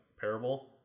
parable